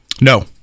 No